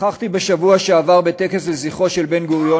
נכחתי בשבוע שעבר בטקס לזכרו של בן-גוריון